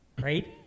right